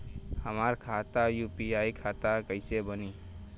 हमार खाता यू.पी.आई खाता कइसे बनी?